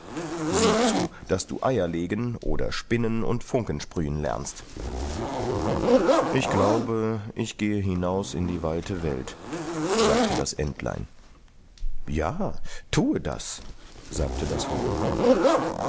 sieh zu daß du eier legen oder spinnen und funken sprühen lernst ich glaube ich gehe hinaus in die weite welt sagte das entlein ja thue das sagte das huhn